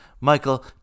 Michael